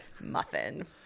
Muffin